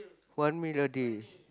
one meal a day